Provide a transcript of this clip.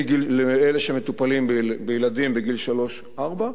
לאלה שמטופלים בילדים בגיל שלוש ארבע,